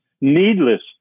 Needless